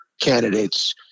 candidates